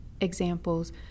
examples